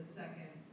second